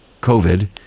COVID